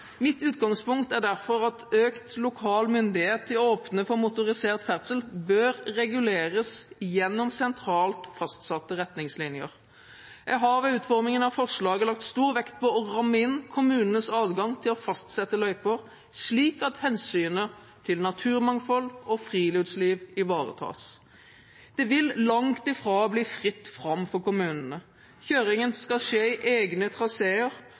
Mitt utgangspunkt er derfor at økt lokal myndighet til å åpne for motorisert ferdsel bør reguleres gjennom sentralt fastsatte retningslinjer. Jeg har ved utformingen av forslaget lagt stor vekt på å ramme inn kommunenes adgang til å fastsette løyper, slik at hensynet til naturmangfold og friluftsliv ivaretas. Det vil langt fra bli fritt fram for kommunene. Kjøringen skal skje i egne traseer,